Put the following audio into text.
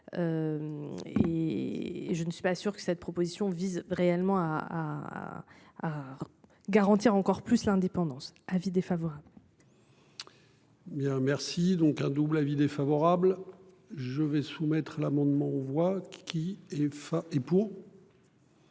Et je ne suis pas sûr que cette proposition vise réellement à à. Garantir encore plus l'indépendance avis défavorable. Bien merci donc un double avis défavorable je vais soumettre l'amendement on voit qui est enfin